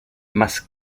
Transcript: más